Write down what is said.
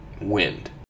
wind